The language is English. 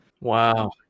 Wow